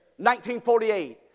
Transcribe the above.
1948